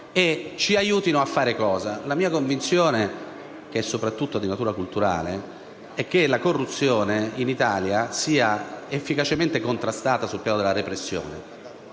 per aiutarci a fare cosa? La mia convinzione, che è soprattutto di natura culturale, è che la corruzione in Italia sia efficacemente contrastata sul piano della repressione,